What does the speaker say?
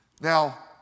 Now